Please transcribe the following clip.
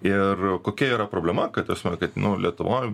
ir kokia yra problema kad tasme kad lietuvoj